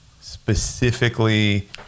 specifically